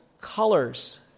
colors